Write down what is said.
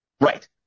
right